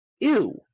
Ew